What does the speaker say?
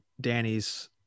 Danny's